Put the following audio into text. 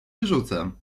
wyrzucę